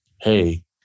hey